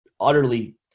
utterly